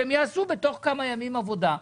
שהם יעשו בתוך כמה ימים עבודה.